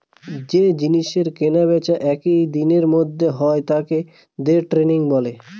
যে জিনিসের কেনা বেচা একই দিনের মধ্যে হয় তাকে দে ট্রেডিং বলে